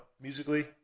musically